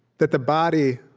that the body,